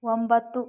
ಒಂಬತ್ತು